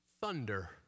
thunder